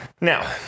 Now